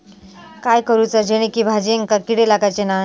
काय करूचा जेणेकी भाजायेंका किडे लागाचे नाय?